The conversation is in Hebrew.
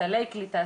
סלי קליטה,